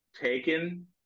taken